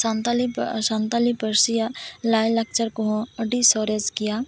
ᱥᱟᱱᱛᱟᱲᱤ ᱥᱟᱱᱛᱟᱞᱤ ᱯᱟᱹᱨᱥᱤᱭᱟᱜ ᱞᱟᱭ ᱞᱟᱠᱪᱟᱨ ᱠᱚᱦᱚᱸ ᱟᱹᱰᱤ ᱥᱚᱨᱮᱥ ᱜᱮᱭᱟ